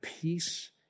peace